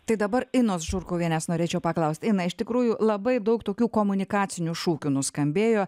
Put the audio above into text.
tai dabar inos žurkuvienės norėčiau paklaust ina iš tikrųjų labai daug tokių komunikacinių šūkių nuskambėjo